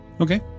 Okay